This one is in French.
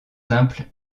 simple